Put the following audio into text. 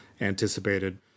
anticipated